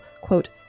quote